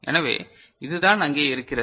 எனவே இதுதான் அங்கே இருக்கிறது